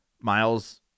Miles